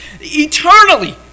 Eternally